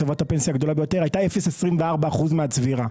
חברת הפנסיה הגדולה ביותר הייתה 0.24% מהצבירה,